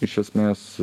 iš esmės